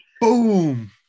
Boom